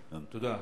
תודה.